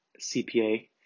cpa